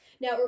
Now